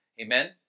Amen